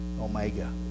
Omega